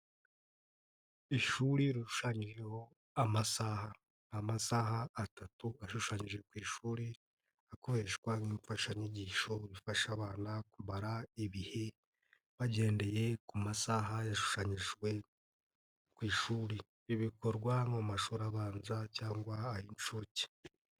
Ishuri rirushanyiweho amasaha; amasaha atatu ashushanyije ku ishuri akoreshwa nkimfashanyigisho bifasha abana kumara ibihe bagendeye ku masaha yashushanyijwe ku ishuri. Ibi bikorwa nko mu mashuri abanza cyangwa ay'incuke.